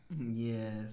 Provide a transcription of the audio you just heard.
Yes